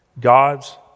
God's